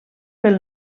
pel